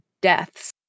deaths